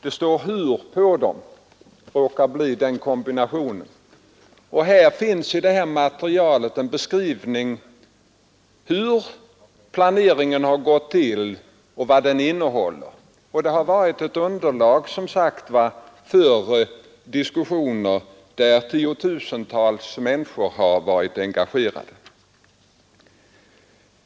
I det material som jag här visar finns det en beskrivning av hur planeringen har gått till och vad den innehåller. Materialet har varit underlag för diskussioner, i vilka tiotusentals människor har varit engagerade.